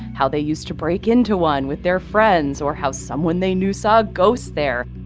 how they used to break into one with their friends or how someone they knew saw ghosts there.